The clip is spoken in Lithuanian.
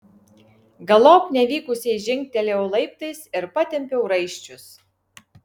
galop nevykusiai žingtelėjau laiptais ir patempiau raiščius